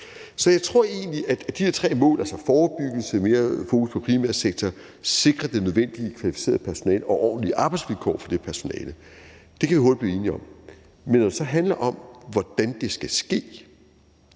Så jeg tror egentlig, at de her tre mål, altså forebyggelse, mere fokus på primærsektoren og at sikre det nødvendige kvalificerede personale og ordentlige arbejdsvilkår for det personale, kan vi hurtigt blive enige om, men når det så handler om, hvordan det skal ske,